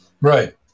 Right